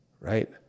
right